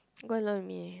go and learn with me